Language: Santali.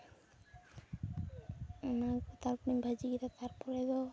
ᱚᱱᱟ ᱠᱚ ᱛᱟᱨᱯᱚᱨᱮᱧ ᱵᱷᱟᱹᱡᱤ ᱠᱮᱫᱟ ᱛᱟᱨᱯᱚᱨᱮ ᱫᱚ